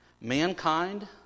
Mankind